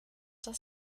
das